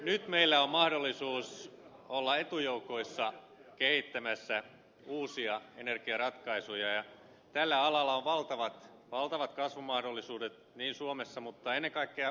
nyt meillä on mahdollisuus olla etujoukoissa kehittämässä uusia energiaratkaisuja ja tällä alalla on valtavat kasvumahdollisuudet suomessa mutta ennen kaikkea maailmalla